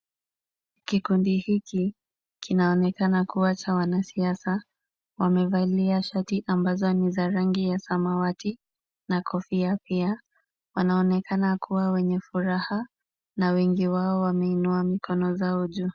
Kikundi hiki kinaonekana kuwa cha wanasiasa. Wamevalia shati ambazo ni za rangi ya samawati na kofia pia. Wanaonekana kuwa wenye furaha na wengi wao wameinua mikono zao juu.